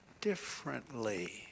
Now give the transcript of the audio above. differently